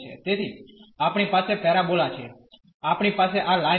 તેથી આપણી પાસે પેરાબોલા છે આપણી પાસે આ લાઈન અહીં છે